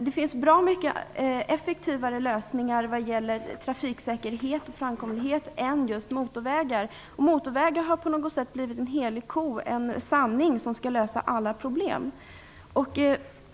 Det finns bra mycket effektivare lösningar när det gäller trafiksäkerhet, framkomlighet än just motorvägar. Motorvägar har på något sätt blivit en helig ko, en sanning som skall lösa alla problem.